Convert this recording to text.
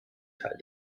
teil